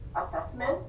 assessment